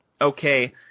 okay